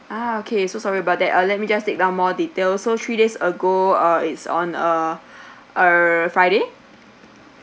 ah okay so sorry about that uh let me just take down more detail so three days ago uh it's on uh uh friday